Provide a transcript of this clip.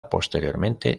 posteriormente